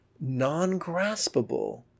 non-graspable